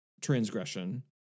transgression